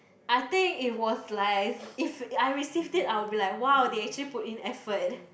I think it was like if I received it I will be like !wow! they actually put in effort